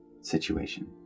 situation